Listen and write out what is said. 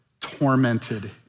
tormented